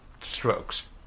strokes